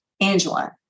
Angela